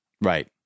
right